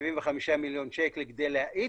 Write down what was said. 75 מיליון שקל כדי להאיץ,